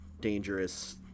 dangerous